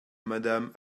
madame